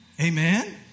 Amen